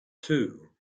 two